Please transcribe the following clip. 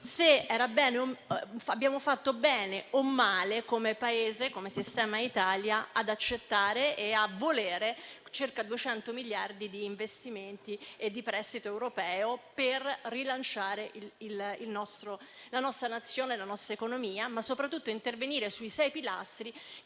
se abbiamo fatto bene o male come sistema Italia ad accettare e a volere circa 200 miliardi di investimenti e di prestito europeo per rilanciare la nostra Nazione e la nostra economia, ma soprattutto intervenire sui sei pilastri